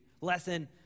lesson